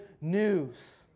news